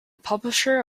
publisher